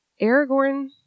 Aragorn